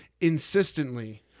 insistently